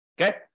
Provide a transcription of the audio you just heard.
Okay